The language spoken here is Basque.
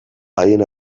haien